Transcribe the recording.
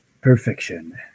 Perfection